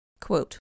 Quote